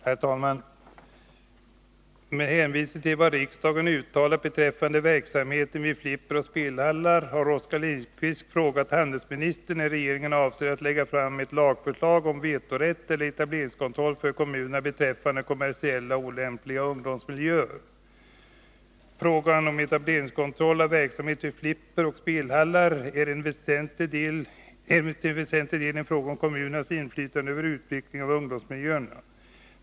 Herr talman! Med hänvisning till vad riksdagen uttalat beträffande verksamheten vid flipperoch spelhallar har Oskar Lindkvist frågat handelsministern när regeringen avser att lägga fram ett lagförslag om vetorätt eller etableringskontroll för kommunerna beträffande kommersiella och olämpliga ungdomsmiljöer. till väsentlig del en fråga om kommunernas inflytande över utvecklingen av ungdomsmiljöerna.